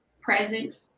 present